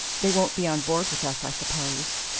they won't be on board with us, i suppose!